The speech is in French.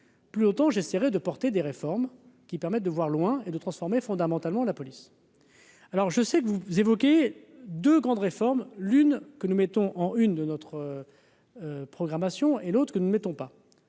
plus autant j'essaierai de porter des réformes qui permettent de voir loin et de transformer fondamentalement la police, alors je sais que vous évoquez de grandes réformes, l'une que nous mettons en Une de notre programmation et l'autre que nous mettons pas